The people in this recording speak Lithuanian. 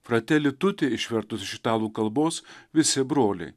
frateli tuti išvertus iš italų kalbos visi broliai